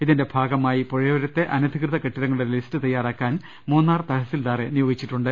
ഇതിന്റെ ഭാഗമായി പുഴയോരത്തെ അനധികൃത കെട്ടിടങ്ങളുടെ ലിസ്റ്റ് തയാറാക്കാൻ മൂന്നാർ തഹസിൽദാറെ നിയോഗിച്ചിട്ടുണ്ട്